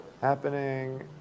happening